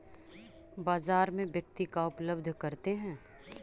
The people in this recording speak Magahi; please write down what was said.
बाजार में व्यक्ति का उपलब्ध करते हैं?